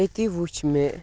أتی وٕچھ مےٚ